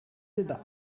debat